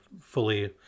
fully